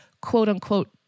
quote-unquote